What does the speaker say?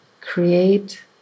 create